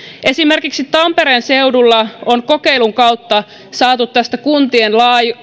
esimerkiksi tampereen seudulla on kokeilun kautta saatu tästä kuntien